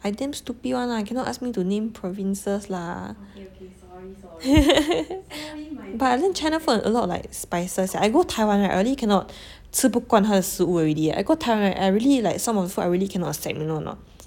I damn stupid [one] lah cannot ask me to name provinces lah but I learn China food a lot like spices I go Taiwan right I already cannot 吃不惯她的食物 already I go Taiwan I already like some of the food I really cannot accept you know or not